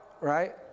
right